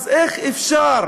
אז איך אפשר?